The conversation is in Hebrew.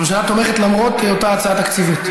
הממשלה תומכת למרות היותה הצעה תקציבית?